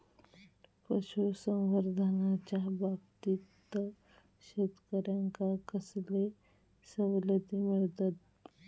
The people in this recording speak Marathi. पशुसंवर्धनाच्याबाबतीत शेतकऱ्यांका कसले सवलती मिळतत?